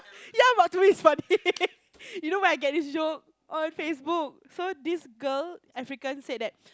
ya but to me is funny you know where I get this joke on Facebook so this girl African said that